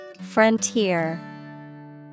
Frontier